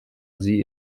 sie